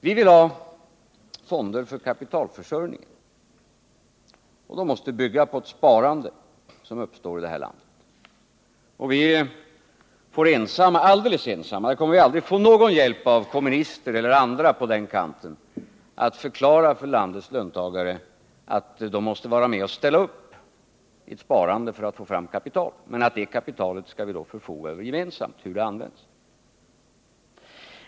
Vi vill däremot ha fonder för kapitalförsörjningen, och de måste bygga på ett sparande som uppstår i det här landet. Vi får alldeles ensamma — här kommer vi aldrig att få någon hjälp av kommunister eller andra på den kanten — förklara för landets löntagare att de måste vara med och ställa upp i ett sparande för att få fram kapital. Men det kapitalet skall vi då förfoga över gemensamt — hur det används.